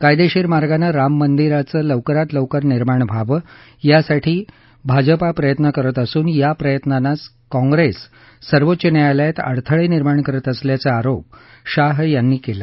कायदेशीर मार्गानं राम मंदिराचं लवकरात लवकर निर्माण व्हावं यासाठी भाजपा प्रयत्न करत असून या प्रयत्नांना काँग्रेस सर्वोच्च न्यायालयात अडथळे निर्माण करत असल्याचा आरोप शाह यांनी केला